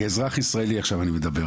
כאזרח ישראלי עכשיו אני מדבר,